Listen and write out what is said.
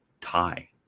tie